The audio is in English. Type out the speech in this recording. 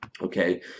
okay